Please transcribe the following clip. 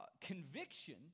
conviction